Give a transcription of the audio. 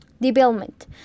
Development